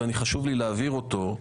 וחשוב לי להבהיר אותו,